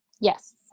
yes